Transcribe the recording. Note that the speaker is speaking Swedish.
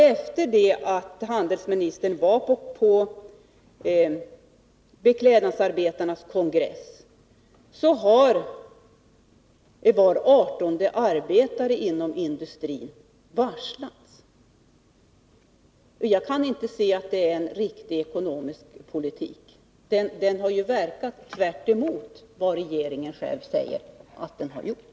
Sedan handelsministern var på beklädnadsindustriarbetarnas kongress har den politiken lett till att var artonde arbetare inom industrin har varslats. Jag kan inte se att det är en riktig ekonomisk politik. Dess verkan har varit tvärtemot vad regeringen själv säger att den har varit.